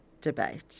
debate